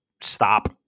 stop